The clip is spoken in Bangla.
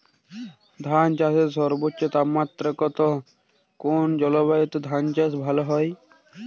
ধান চাষে সর্বোচ্চ তাপমাত্রা কত কোন জলবায়ুতে ধান চাষ ভালো হয়?